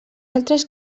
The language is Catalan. altres